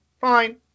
Fine